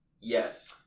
Yes